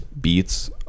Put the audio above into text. beats